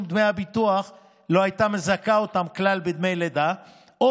דמי ביטוח לא הייתה מזכה אותן כלל בדמי לידה או